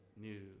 news